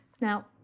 Now